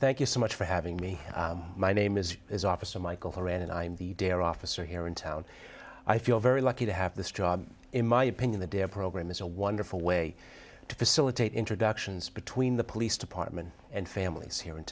thank you so much for having me my name is is officer michael ran and i'm the dinner officer here in town i feel very lucky to have the straw in my opinion the dare program is a wonderful way to facilitate introductions between the police department and families here in